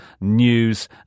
news